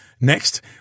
Next